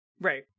right